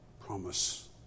Promise